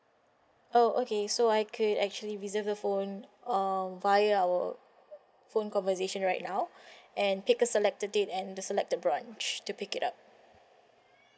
oh okay so I could actually reserve the phone um via our phone conversation right now and pick a selected date and the selected branch to pick it up